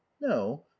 no